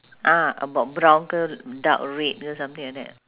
ah about brown ke dark red something like that